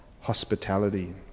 hospitality